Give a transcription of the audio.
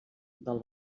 del